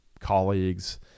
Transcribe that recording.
colleagues